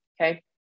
Okay